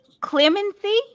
clemency